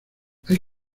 hay